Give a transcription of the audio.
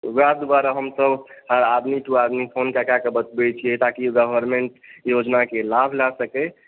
वएह दुआरे हम तऽ हर आदमी दू आदमी फ़ोन कए कऽ बतबै छियै ताकि गवर्न्मेंट योजनाके लाभ लऽ सकै